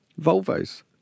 Volvos